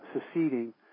seceding